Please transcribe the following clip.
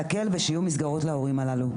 להקל בשיעור מסגרות להורים הללו.